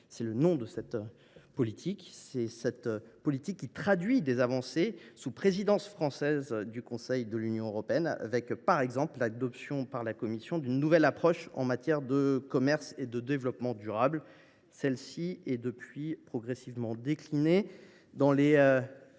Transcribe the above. assertive ». Cette politique s’est aussi traduite par des avancées sous présidence française du Conseil de l’Union européenne, avec, par exemple, l’adoption par la Commission européenne d’une nouvelle approche en matière de commerce et développement durable. Celle ci est depuis progressivement déclinée dans les